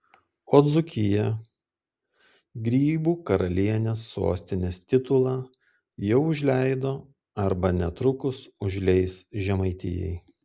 o dzūkija grybų karalienės sostinės titulą jau užleido arba netrukus užleis žemaitijai